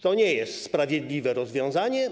To nie jest sprawiedliwe rozwiązanie.